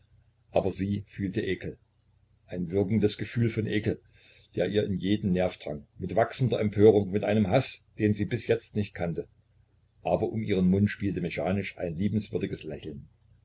aber sie fühlte ekel ein würgendes gefühl von ekel der ihr in jeden nerv drang mit wachsender empörung mit einem haß den sie bis jetzt nicht kannte aber um ihren mund spielte mechanisch ein liebenswürdiges lächeln